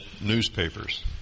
newspapers